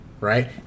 Right